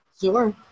Sure